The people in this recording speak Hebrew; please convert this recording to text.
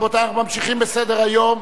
רבותי, אנחנו ממשיכים בסדר-היום: